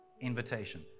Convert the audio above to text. invitation